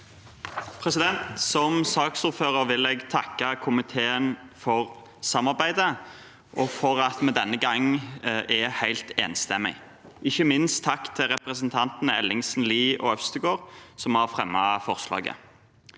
Som saksordfører vil jeg takke komiteen for samarbeidet og for at vi denne gang er helt enstemmig. Ikke minst vil jeg gi en takk til representantene Ellingsen, Lie og Øvstegård som har fremmet forslaget.